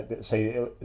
say